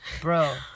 bro